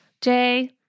Jay